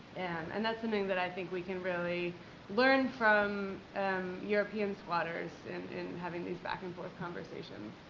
and that's something that i think we can really learn from european squatters and and having these back and forth conversation.